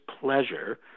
pleasure